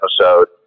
episode